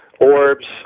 orbs